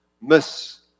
miss